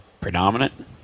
predominant